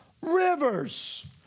rivers